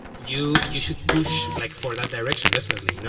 you you should push like for that direction, definitely. you know